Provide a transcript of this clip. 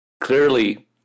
clearly